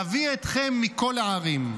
נביא אתכם מכל הערים.